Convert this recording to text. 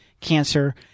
cancer